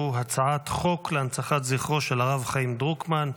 הצעת חוק להנצחת זכרו של הרב חיים דרוקמן,